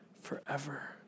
forever